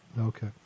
Okay